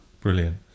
Brilliant